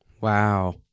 Wow